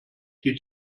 die